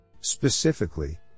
Specifically